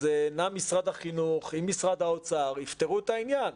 אז נא משרד החינוך עם משרד האוצר יפתרו את העניין.